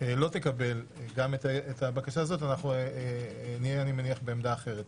לא תקבל גם את הבקשה הזאת אנחנו נהיה בעמדה אחרת